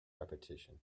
repetition